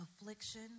affliction